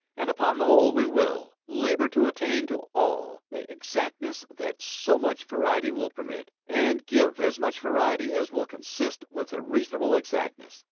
and upon the whole we will labour to attain to all the exactness that so much variety will permit, and give as much variety as will consist with a reasonable exactness.